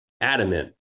adamant